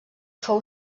fou